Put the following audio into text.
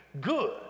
good